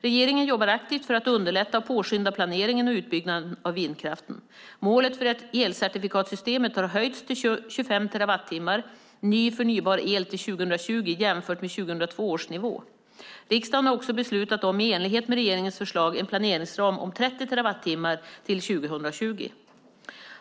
Regeringen jobbar aktivt för att underlätta och påskynda planeringen och utbyggnaden av vindkraften. Målet för elcertifikatssystemet har höjts till 25 terawattimmar ny förnybar el till 2020 jämfört med 2002 års nivå. Riksdagen har också beslutat om, i enlighet med regeringens förslag, en planeringsram om 30 terawattimmar till 2020.